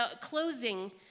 closing